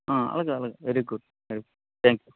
ఆ అలాగే అలాగే వెరీ గుడ్ థ్యాంక్ యూ